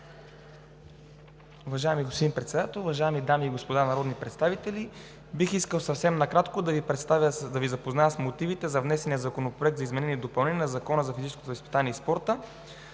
Уважаеми господин Председател, уважаеми дами и господа народни представители! Бих искал съвсем накратко да Ви запозная с мотивите за внесения Законопроект за изменение и допълнение на Закона за физическото възпитание и спорта.